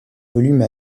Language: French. volume